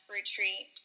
retreat